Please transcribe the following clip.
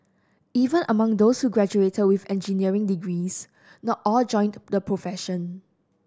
even among those who graduated with engineering degrees not all joined the profession